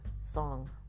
song